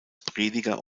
prediger